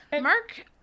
Mark